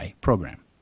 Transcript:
program